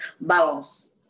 Balance